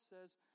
says